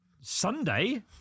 Sunday